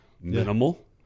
minimal